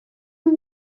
اون